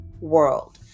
world